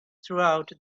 throughout